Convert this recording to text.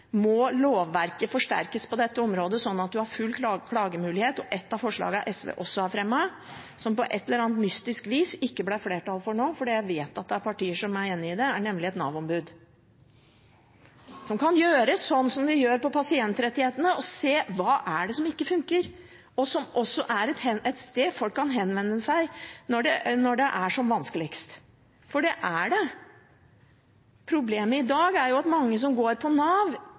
må lovverket forsterkes på dette området, sånn at man har full klagemulighet. Et av forslagene SV også har fremmet, som det på et eller annet mystisk vis ikke ble flertall for nå, for jeg vet at det er partier som enig i det, er et Nav-ombud, som kan gjøre sånn som man gjør på pasientrettighetene, se på hva som ikke funker, og som også kan være et sted der folk kan henvende seg når det er som vanskeligst. Problemet i dag er at mange som går på Nav